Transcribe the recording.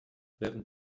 während